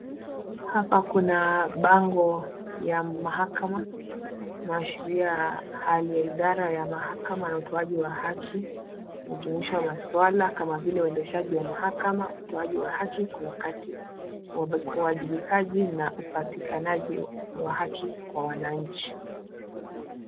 Hapa kuna bango ya mahakama inaashiria hali ya idara ya mahakama na utoaji wa haki inajumuisha maswala kama vile uendeshajii wa mahakama, utoaji wa haki kwa wakati, uwajibikaji na upatikanaji wa haki kwa wananchi.